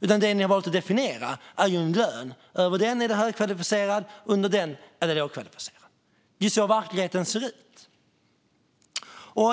utan det som ni har valt att definiera är en lön. Över den är man högkvalificerad, och under den är man lågkvalificerad. Det är så verkligheten ser ut.